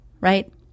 right